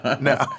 No